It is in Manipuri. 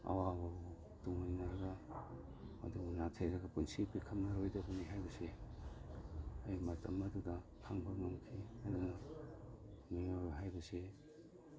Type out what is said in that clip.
ꯑꯋꯥꯕꯕꯨ ꯇꯨꯡꯑꯣꯏꯅꯔꯒ ꯃꯗꯨ ꯅꯥꯊꯩꯔꯒ ꯄꯨꯟꯁꯤ ꯄꯤꯈꯝꯅꯔꯣꯏꯗꯕꯅꯤ ꯍꯥꯏꯕꯁꯦ ꯑꯩ ꯃꯇꯝ ꯑꯗꯨꯗ ꯈꯪꯕ ꯉꯝꯈꯤ ꯑꯗꯨꯅ ꯃꯤꯑꯣꯏꯕ ꯍꯥꯏꯕꯁꯤ